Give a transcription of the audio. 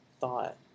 thought